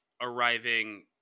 arriving